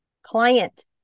client